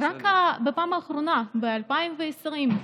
רק בפעם האחרונה, ב-2020,